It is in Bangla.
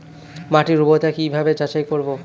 মাটির উর্বরতা কি ভাবে যাচাই করব?